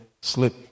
slip